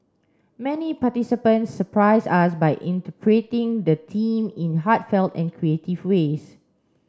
many participants surprised us by interpreting the team in heartfelt and creative ways